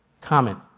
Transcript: comment